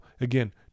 again